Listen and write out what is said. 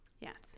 Yes